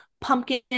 pumpkin